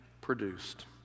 produced